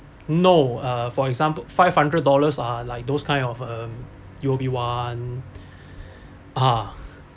no uh for example five hundred dollars are like those kind of um U_O_B one ah